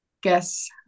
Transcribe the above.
guess